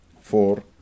four